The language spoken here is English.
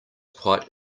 quite